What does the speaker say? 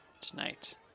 tonight